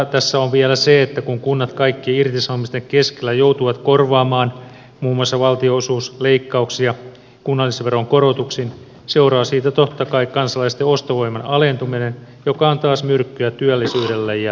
onnetonta tässä on vielä se että kun kunnat kaik kien irtisanomisten keskellä joutuvat korvaamaan muun muassa valtionosuusleikkauksia kunnallisveron korotuksin seuraa siitä totta kai kansalaisten ostovoiman alentuminen joka on taas myrkkyä työllisyydelle ja talouskasvulle